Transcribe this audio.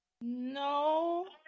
no